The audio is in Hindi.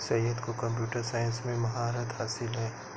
सैयद को कंप्यूटर साइंस में महारत हासिल है